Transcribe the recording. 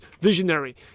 visionary